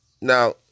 Now